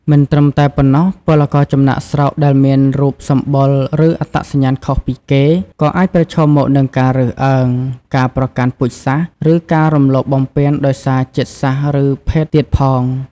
មិនត្រឹមតែប៉ុណ្ណោះ ពលករចំណាកស្រុកដែលមានរូបសម្បុរ ឬអត្តសញ្ញាណខុសពីគេ ក៏អាចប្រឈមមុខនឹងការរើសអើង ការប្រកាន់ពូជសាសន៍ ឬការរំលោភបំពានដោយសារជាតិសាសន៍ ឬភេទទៀតផង។